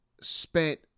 spent